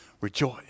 rejoice